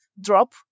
drop